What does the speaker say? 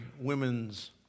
women's